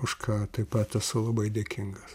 už ką taip pat esu labai dėkingas